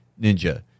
Ninja